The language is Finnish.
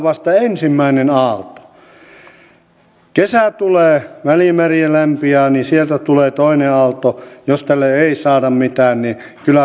lieneekö edustaja arhinmäellä ja muilla välikysymyksen allekirjoittajilla ollut tarkoituksena muistella historiassa vuosikymmeniä sitten tapahtunutta ja yrittää maksaa potut pottuina